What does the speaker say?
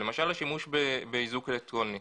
למשל השימוש באיזוק אלקטרוני,